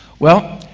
well,